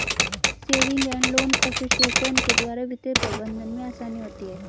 saving and loan association के द्वारा वित्तीय प्रबंधन में आसानी होती है